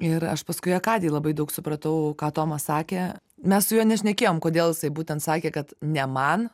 ir aš paskui akadėj labai daug supratau ką tomas sakė mes su juo nešnekėjom kodėl jisai būtent sakė kad ne man